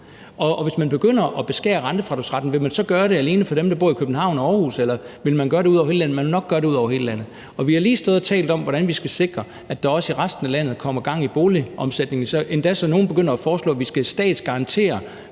hvis man begynder at beskære rentefradragsretten, vil man så gøre det alene for dem, der bor i København og Aarhus, eller vil man gøre det ud over hele landet? Man vil nok gøre det ud over hele landet. Vi har lige stået og talt om, hvordan vi skal sikre, at der også i resten af landet kommer gang i boligomsætningen, endda så nogle begynder at foreslå, at vi skal statsgarantere